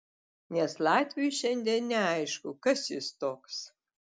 nes latviui šiandien neaišku kas jis toks